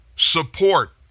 Support